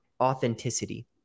authenticity